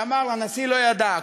שאמר: הנשיא לא ידע,